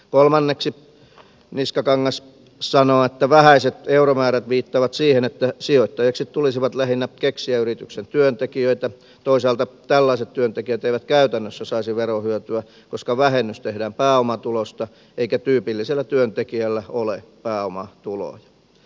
kolmanneksi niskakangas sanoo että vähäiset euromäärät viittaavat siihen että sijoittajaksi tulisivat lähinnä keksijäyrityksen työntekijät mutta toisaalta tällaiset työntekijät eivät käytännössä saisi verohyötyä koska vähennys tehdään pääomatulosta eikä tyypillisellä työntekijällä ole pääomatuloja